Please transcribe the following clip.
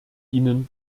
ihnen